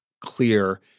clear